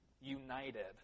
united